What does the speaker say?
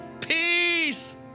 peace